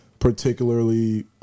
particularly